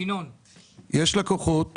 יש לקוחות